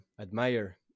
admire